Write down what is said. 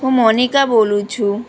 હું મોનિકા બોલું છું